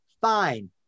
fine